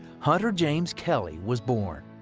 hunter james kelly was born.